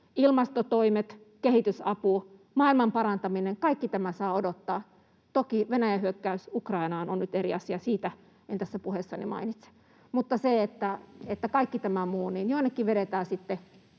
Ilmastotoimet, kehitysapu, maailman parantaminen — kaikki tämä saa odottaa. Toki Venäjän hyökkäys Ukrainaan on nyt eri asia, siitä en tässä puheessani mainitse, mutta kaikessa tässä muussa vedetään jonnekin